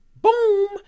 boom